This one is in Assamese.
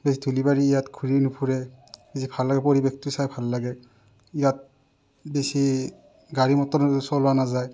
বেছ ধূলি বালি ইয়াত ঘূৰি নুফৰে যি ভাল লাগে পৰিৱেশটো চাই ভাল লাগে ইয়াত বেছি গাড়ী মটৰ চলোৱা নাযায়